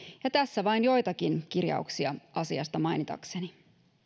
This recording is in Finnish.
ja tässä vain joitakin kirjauksia asiasta mainitakseni